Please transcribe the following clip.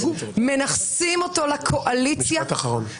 מנכסים אותו לקואליציה -- משפט אחרון.